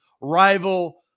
rival